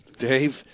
Dave